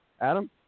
Adam